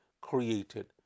created